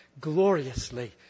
gloriously